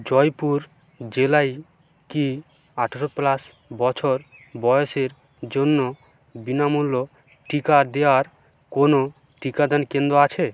জয়পুর জেলায় কি আঠেরো প্লাস বছর বয়েসের জন্য বিনামূল্য টিকা দেওয়ার কোনো টিকাদান কেন্দ আছে